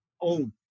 own